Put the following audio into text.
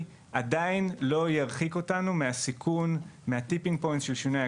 יש מחסור ביידע.